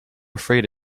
afraid